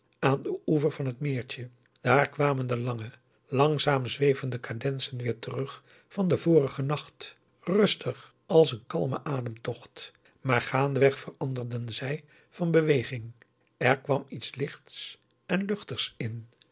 aan den oever van het meertje daar kwamen de lange langzaam zwevende cadenzen weer terug van den vorigen nacht rustig als een kalme ademtocht maar gaandeweg veranderden zij van beweging er augusta de wit orpheus in de dessa kwam iets lichts en luchtigs in